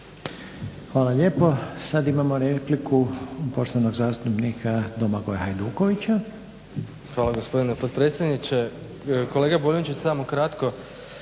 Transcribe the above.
Hvala lijepo. Sad imamo repliku poštovanog zastupnika Domagoja Hajdukovića. **Hajduković, Domagoj (SDP)** Hvala gospodine potpredsjedniče. Kolega Boljunčić samo kratko,